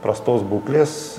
prastos būklės